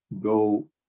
go